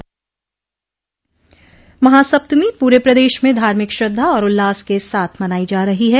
महासप्तमी पूरे प्रदेश में धार्मिक श्रद्धा आर उल्लास के साथ मनाई जा रही है